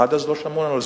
עד אז לא שמענו על זה.